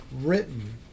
written